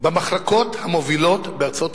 במחלקות המובילות בארצות-הברית,